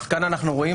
כאן אנחנו רואים